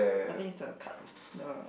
I think it's the card the